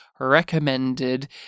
recommended